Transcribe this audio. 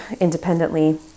independently